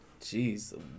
Jeez